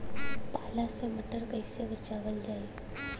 पाला से मटर कईसे बचावल जाई?